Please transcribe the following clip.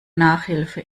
nachhilfe